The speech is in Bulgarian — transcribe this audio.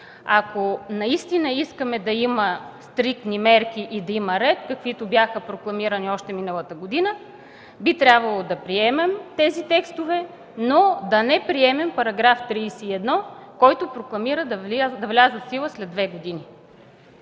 Ако искаме да има стриктни мерки и да има ред, каквито бяха прокламирани още миналата година, би трябвало да приемем тези текстове, но да не приемем § 31, който прокламира да влязат в сила след две години.